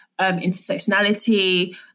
intersectionality